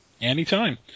anytime